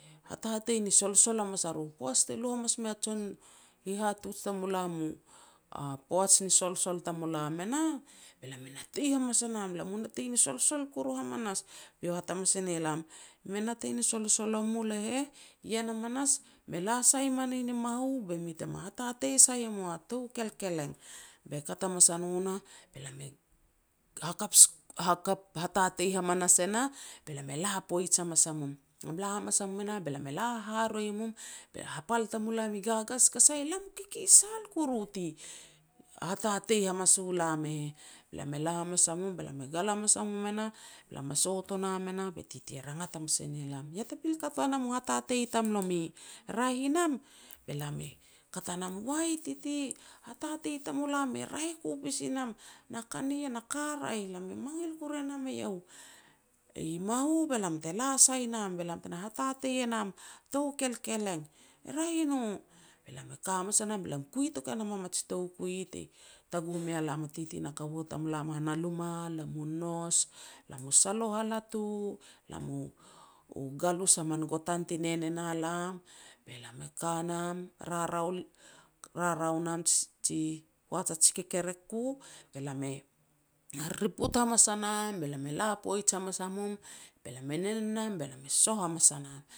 hatatei ni solsol hamas a ru. Poaj te lu hamas mea jon hihatuj tamulam a poaj ni solsol tamulam e nah, be lam e natei hamas a nam, lam mu natei ni solsol kuru hamanas. Be iau e hat hamanas e ne lam, "Me natei ni solsol o mul e heh, ien hamanas me la sai manin i mahu be mi te me hatatei sai e mua tou kelkeleng". Be kat hamas a no nah, be lam hakap hatatei hamanas e nah, be lam e la poij hamas a mum. Be lam e la hamas a mum e nah, be lam e la haharoi mum be hapal tamulam i gagagas tara sah lam i kikisal kuru ti hatatei hamas u lam e heh. Be lam e la hamas a mum be lam e gal hamas a mum e nah, be lam me sot o nam e nah, be titi rangat hamas e ne lam, "Te pil kat ua nam u hatatei tamlomi, raeh i nam?" Be lam e kat a nam, "Wai titi, hatatei tamulam e raeh ku pasi nam, na ka nien a ka raeh lam e mangil kuru e nam eiau. I mahu be lam te la sai nam na hatatei e nam a tou kelkeleng, e raeh i no." Be lam e ka hamas a nam be lam e kui touk e nam a mij toukui ti taguh mea lam a titi na kaua tamulam han a luma, lam mu nous, lam mu saloh a latu, lam mu galus a min gutan ti nen nen a lam, be lam e ka nam, rarau nam a ji poaj a ji kekerek ku, be lam e na ririput hamas a nam, be lam e la poij hamas a mum, be lam e nen e nam be lam e soh hamas a nam.